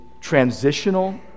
transitional